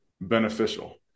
beneficial